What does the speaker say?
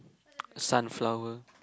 sunflower